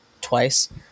twice